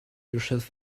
yourself